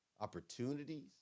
opportunities